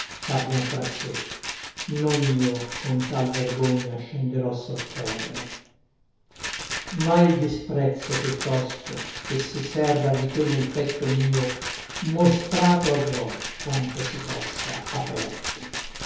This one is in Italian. t'abbian fra sé non io con tal vergogna scenderò sotterra ma il disprezzo piuttosto che si serra di te nel petto mio mostrato avrò quanto si possa aperto